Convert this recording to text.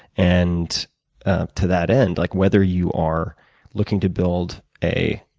and to that end, like whether you are looking to build a,